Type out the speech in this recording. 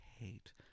hate